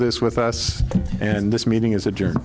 this with us and this meeting is adjourn